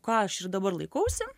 ką aš ir dabar laikausi